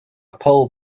poll